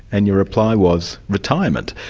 and your reply was, retirement.